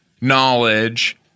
knowledge